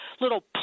little